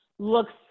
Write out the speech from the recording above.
looks